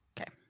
Okay